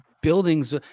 buildings